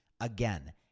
Again